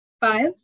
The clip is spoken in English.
Five